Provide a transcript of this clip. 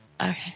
Okay